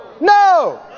No